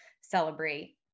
celebrate